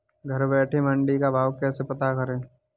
घर बैठे मंडी का भाव कैसे पता करें?